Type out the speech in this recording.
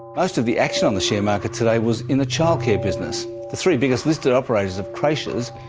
most of the action on the share market today was in the childcare business. the three biggest listed operators of creches,